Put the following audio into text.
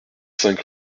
cinq